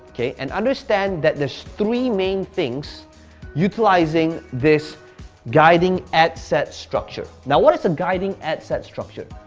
okay, and understand that there's three main things utilizing this guiding ad set structure. now, what is the guiding ad set structure?